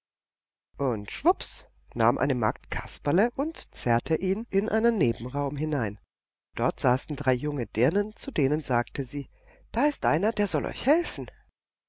und schwups nahm eine magd kasperle und zerrte ihn in einen nebenraum hinein dort saßen drei junge dirnen zu denen sagte sie da ist einer der soll euch helfen